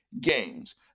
games